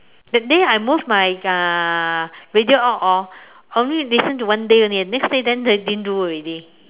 that day I move my uh radio out orh only listen to one day only the next day didn't do already